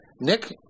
Nick